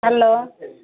hello